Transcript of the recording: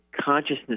consciousness